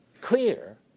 clear